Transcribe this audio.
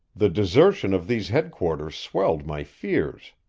the desertion of these headquarters swelled my fears.